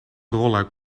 rolluik